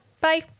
Bye